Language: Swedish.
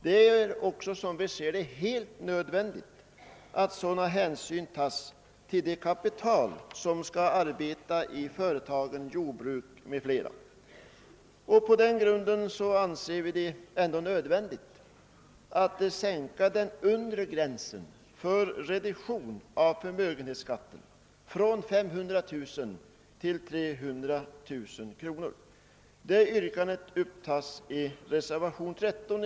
Det är också enligt vår uppfattning helt nödvändigt att sådana hänsyn tas till det kapital som skall arbeta i företag av olika slag, såsom jordbruk m.fl. På denna grund anser vi det nödvändigt att sänka den undre gränsen för reduktion av förmögenhetsskatt från 500 000 till 300 000 kronors förmögenhetsvärde. Detta yrkande återfinns i reservationen 13.